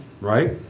right